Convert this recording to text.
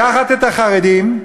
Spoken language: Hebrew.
לקחת את החרדים,